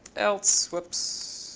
else. whoops.